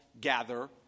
gather